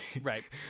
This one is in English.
Right